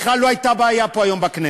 בכלל לא הייתה בעיה היום פה בכנסת.